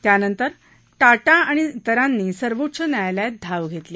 त्यानंतर टाटा आणि इतरांनी सर्वोच्च न्यायालयात धाव घेतली